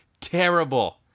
terrible